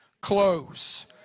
close